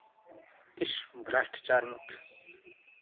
इस भ्रष्टाचार मुक्त